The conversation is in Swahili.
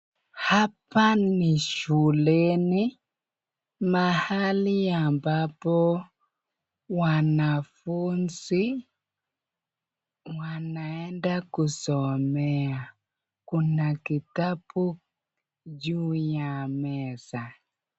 Hapa ni shuleni, mahali ambapo wanafunzi wanaenda kusomea, kuna kitabu juu ya meza.